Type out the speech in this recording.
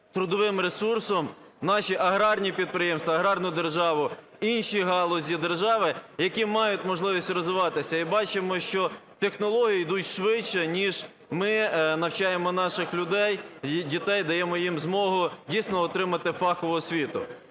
трудовим ресурсом наші аграрні підприємства, аграрну державу, інші галузі держави, які мають можливість розвиватися, і, бачимо, що технології ідуть швидше, ніж ми навчаємо наших людей, дітей, даємо їм змогу дійсно отримати фахову освіту.